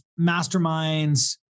masterminds